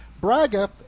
Braga